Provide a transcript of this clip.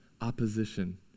opposition